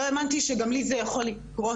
לא האמנתי שגם לי זה יכול לקרות,